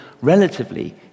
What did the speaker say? relatively